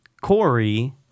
Corey